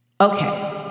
okay